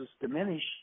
diminish